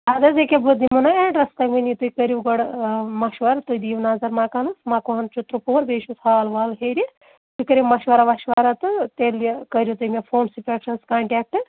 اَدٕ حظ ییٚکیٛاہ بہٕ دِمہو نا ایٚڈرَس تۄہہِ وُنی تُہۍ کٔرِو گۄڈٕ مَشوَرٕ تُہۍ دِیِو نظر مَکانَس مَکان چھُو ترٛوٚ پُہُر بیٚیہِ چھُس ہال وال ہیٚرِ تُہۍ کٔرِو مَشوَرا وشوارا تہٕ تیٚلہِ کٔرِو تُہۍ مےٚ فونسٕے پٮ۪ٹھ حظ کَنٹیکٹ